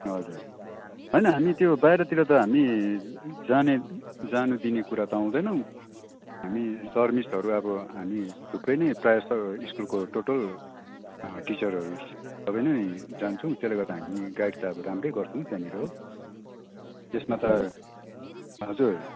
हजुर होइन हामी त्यो बाहिरतिर त हामी जाने जानु दिने कुरा त आउँदैन हामी सर मिसहरू अब हामी थुप्रै नै प्रायः जस्तो स्कुलको टोटल टिचरहरू सबै नै जान्छौँ त्यसले गर्दा हामी गाइड त अब राम्रै गर्छौँ त्यहाँनिर त्यसमा त हजुर